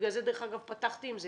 בגלל זה פתחתי עם זה